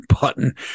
button